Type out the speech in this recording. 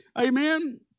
Amen